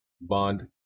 Bond